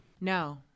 no